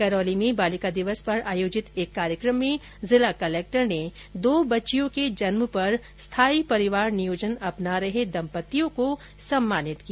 करौली में बालिका दिवस पर आयोजित एक कार्यक्रम में जिला कलेक्टर ने दो बच्चियों के जन्म पर स्थायी परिवार नियोजन अपना रहे दम्पत्तियों को सम्मानित किया